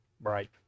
Right